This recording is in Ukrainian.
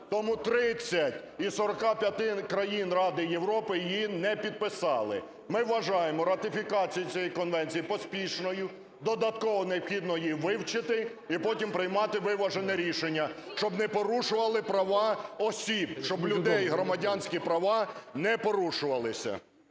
Тому 30 із 45 країн Ради Європи її не підписали. Ми вважаємо ратифікацію цієї конвенції поспішною, додатково необхідно її вивчити і потім приймати виважене рішення, щоб не порушували права осіб, щоб людей громадянські права не порушувалися.